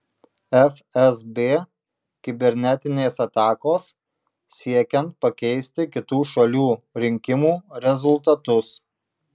fsb kibernetinės atakos siekiant pakeisti kitų šalių rinkimų rezultatus